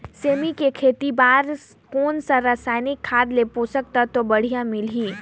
सेमी के खेती बार कोन सा रसायनिक खाद ले पोषक तत्व बढ़िया मिलही?